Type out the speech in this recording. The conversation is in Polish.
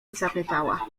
zapytała